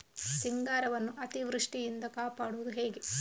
ಸಿಂಗಾರವನ್ನು ಅತೀವೃಷ್ಟಿಯಿಂದ ಕಾಪಾಡುವುದು ಹೇಗೆ?